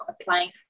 applying